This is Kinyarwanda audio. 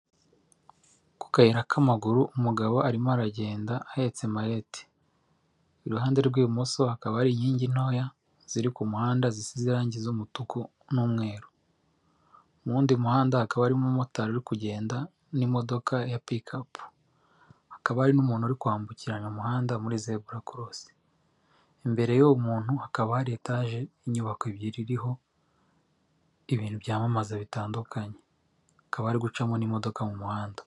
Ku kayira k'abanyamaguru umugabo arimo aragenda ahetse maleti iruhande rw'ibumoso hakaba hari ari inkingi ntoya ziri ku muhanda zisize irangi ry'umutuku n'umweru muwundi muhanda hakaba harimo umumotari uri kugenda n'imodoka ya pkp akaba ari n'umuntu uri kwambukiranya umuhanda muri zebura korosi imbere y'uwo muntu hakaba hari etage y'inyubako ebyiri iriho ibintu byamamaza bitandukanye hakaba hari gucamo imodoka mu muhanda.